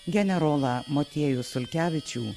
generolą motiejų sulkevičių